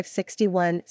61